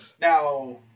now